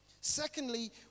Secondly